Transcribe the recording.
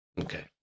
Okay